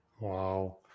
Wow